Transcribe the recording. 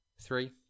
Three